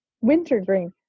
Wintergreen